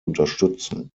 unterstützen